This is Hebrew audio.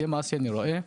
זה מה שאני רואה.